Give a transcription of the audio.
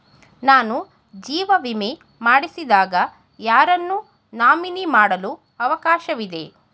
ನಾನು ಜೀವ ವಿಮೆ ಮಾಡಿಸಿದಾಗ ಯಾರನ್ನು ನಾಮಿನಿ ಮಾಡಲು ಅವಕಾಶವಿದೆ?